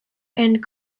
and